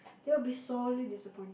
that'd be solely disappointed